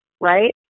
right